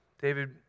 David